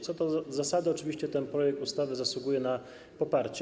Co do zasady oczywiście ten projekt ustawy zasługuje na poparcie.